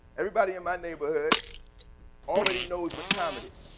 everybody in my neighborhood already knows what time it is.